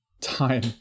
time